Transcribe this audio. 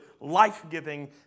life-giving